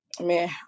Man